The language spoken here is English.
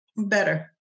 better